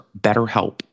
BetterHelp